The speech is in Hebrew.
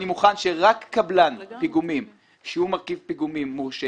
שרק קבלן פיגומים שהוא מרכיב פיגומים מורשה